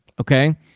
okay